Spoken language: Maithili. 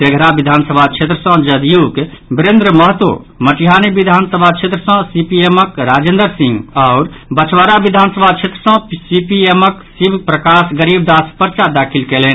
तेघड़ा विधानसभा क्षेत्र सँ जदयूक विरेन्द्र महतो मटिहानी विधानसभा क्षेत्र सँ सीपीएमक राजेन्द्र सिंह आओर बछवारा विधानसभा क्षेत्र सँ सीपीएमक शिव प्रकाश गरीब दास पर्चा दाखिल कयलनि